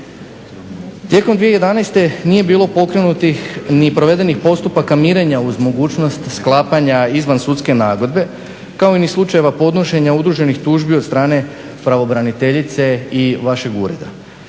Tijekom 2011. nije bilo pokrenutih ni provedenih postupaka mirenja uz mogućnost sklapanja izvansudske nagodbe kao ni slučajeva podnošenja udruženih tužbi od strane pravobraniteljice i vašeg ureda.